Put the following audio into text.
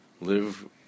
live